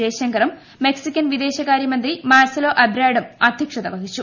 ജയശങ്കറും Mexican വിദേശകാര്യമന്ത്രി Marcelo എബ്രാർഡും അദ്ധ്യക്ഷത വഹിച്ചു